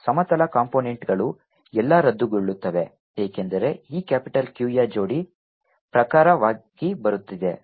ಸಮತಲ ಕಾಂಪೊನೆಂಟ್ಗಳು ಎಲ್ಲಾ ರದ್ದುಗೊಳ್ಳುತ್ತವೆ ಏಕೆಂದರೆ ಈ ಕ್ಯಾಪಿಟಲ್ Q ಯ ಜೋಡಿ ಪ್ರಕಾರವಾಗಿ ಬರುತ್ತಿದೆ